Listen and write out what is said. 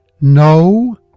No